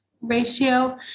ratio